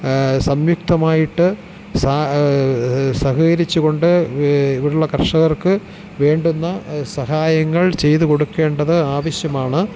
സംയുക്തമായിട്ട് സഹകരിച്ചു കൊണ്ട് ഇവിടെയുള്ള കർഷകർക്ക് വേണ്ടുന്ന സഹായങ്ങൾ ചെയ്തു കൊടുക്കേണ്ടത് ആവശ്യമാണ്